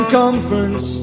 conference